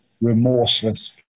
remorseless